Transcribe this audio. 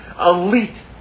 elite